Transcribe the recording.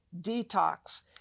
detox